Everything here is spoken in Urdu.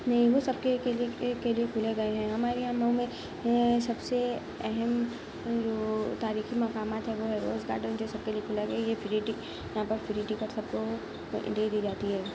نہیں وہ سب کے کے لیے کے لیے کھولے گئے ہیں ہمارے یہاں مئو میں سب سے اہم جو تاریخی مقامات ہیں وہ ہے روز گارڈن جو سب کے لیے کھولا گیا ہے یہ فری ٹک یہاں پر فری ٹکٹ سب کو انٹری دی جاتی ہے